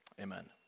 Amen